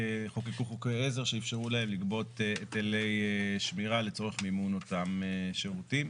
חוקקו חוקי עזר שאפשרו להן לגבות היטלי שמירה לצורך מימון אותם שירותים.